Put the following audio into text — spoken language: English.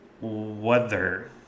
Weather